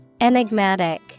Enigmatic